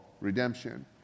redemption